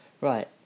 right